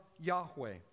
Yahweh